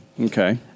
Okay